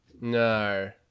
No